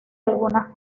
algunas